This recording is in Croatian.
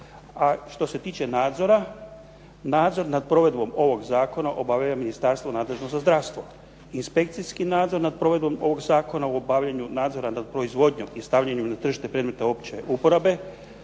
Što se tiče nadzora nadzor nad provedbom ovog zakona obavlja ministarstvo nadležno za zdravstvo. Inspekcijski nadzor nad provedbom ovog zakona u obavljanju nadzora nad proizvodnjom i stavljanjem na tržište predmeta opće uporabe